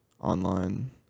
online